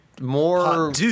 More